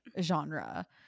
Genre